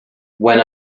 when